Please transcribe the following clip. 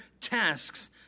tasks